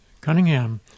Cunningham